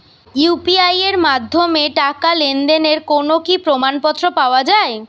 UPI এর মাধ্যমে টাকা লেনদেনের কোন কি প্রমাণপত্র পাওয়া য়ায়?